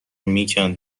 میکند